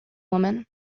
woman